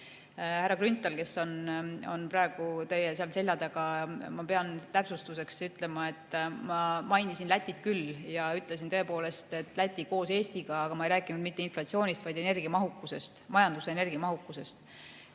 Grünthalile, kes on teie selja taga, ma pean täpsustuseks ütlema, et ma mainisin Lätit küll ja ütlesin tõepoolest, et Läti koos Eestiga. Aga ma ei rääkinud mitte inflatsioonist, vaid energiamahukusest, majanduse energiamahukusest.